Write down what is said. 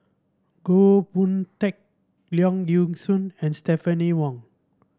Goh Boon Teck Leong Yee Soo and Stephanie Wong